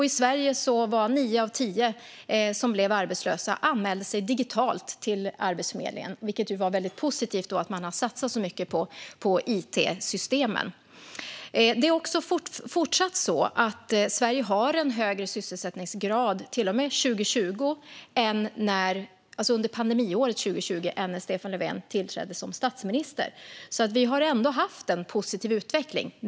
I Sverige såg vi att nio av tio som blev arbetslösa anmälde sig till Arbetsförmedlingen digitalt, vilket visade att det är väldigt positivt att man har satsat så mycket på it-systemen. Det är också så att Sverige fortsatt har en högre sysselsättningsgrad nu - till och med under pandemiåret 2020 - än när Stefan Löfven tillträdde som statsminister, så vi har ändå haft en positiv utveckling.